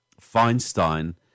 Feinstein